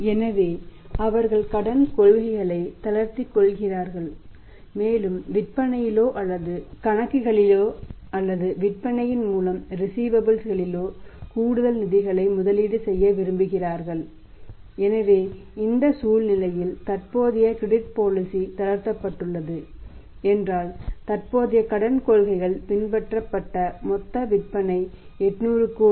எனவே அவர்கள் கடன் கொள்கைகளை தளர்த்திக் கொள்கிறார்கள் மேலும் விற்பனையிலோ அல்லது கணக்குகளிலோ அல்லது விற்பனையின் மூலம் ரிஸீவபல்ஸ் தளர்த்தப்பட்டுள்ளது என்றால் தற்போதைய கடன் கொள்கைகள் பின்பற்றப்பட்ட மொத்த விற்பனை 800 கோடி